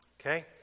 Okay